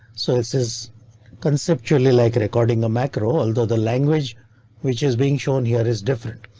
so this is conceptually like recording a macro, although the language which is being shown here is different,